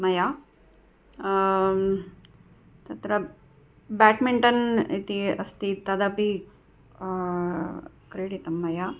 मया तत्र बेट्मिन्टन् इति अस्ति तदपि क्रीडितं मया